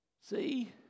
See